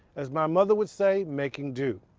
as my mother would say, making do.